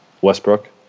Westbrook